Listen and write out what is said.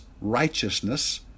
righteousness